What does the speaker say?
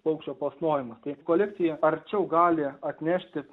paukščio plasnojimas tai kolekcija arčiau gali atnešti